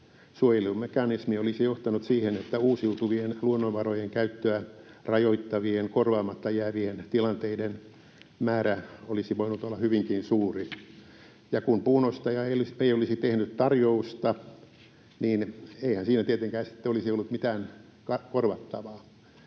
Suojelumekanismi olisi johtanut siihen, että uusiutuvien luonnonvarojen käyttöä rajoittavien korvaamatta jäävien tilanteiden määrä olisi voinut olla hyvinkin suuri: kun puun ostaja ei olisi tehnyt tarjousta, niin eihän siinä tietenkään sitten olisi ollut mitään korvattavaa.